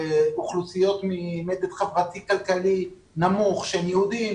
אוכלוסיות ממדד חברתי-כלכלי נמוך שהן יהודיות וכולי.